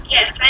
Yes